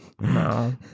No